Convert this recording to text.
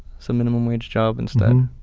so minimum-wage job instead.